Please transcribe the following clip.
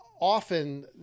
often